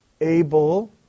able